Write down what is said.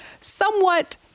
somewhat